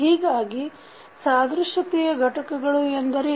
ಹೀಗಾಗಿ ಸಾದೃಶ್ಯತೆಯ ಘಟಕಗಳು ಎಂದರೇನು